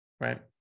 right